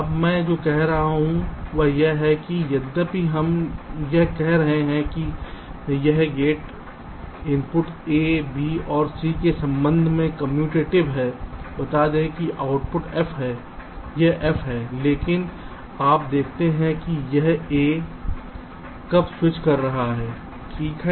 अब मैं जो कह रहा हूं वह यह है कि यद्यपि हम यह कह रहे हैं कि यह गेट इनपुट A B और C के संबंध में कमयुटेटिव है बता दें कि आउटपुट f है यह f है लेकिन आप देखते हैं कि यह A कब स्विच कर रहा है ठीक है